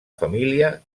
família